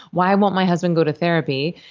why won't my husband go to therapy?